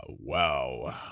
Wow